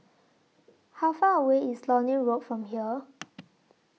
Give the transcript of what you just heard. How Far away IS Lornie Road from here